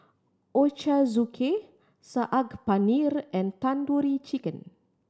Ochazuke Saag Paneer and Tandoori Chicken